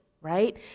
right